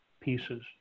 pieces